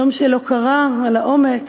זה יום של הוקרה על האומץ,